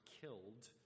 killed